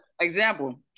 Example